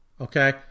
okay